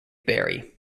barry